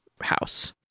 house